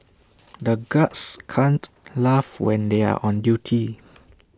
the guards can't laugh when they are on duty